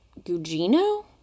Gugino